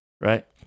right